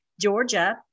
Georgia